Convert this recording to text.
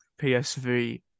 PSV